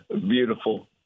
Beautiful